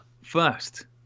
First